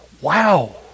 Wow